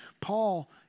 Paul